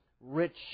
rich